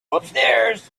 upstairs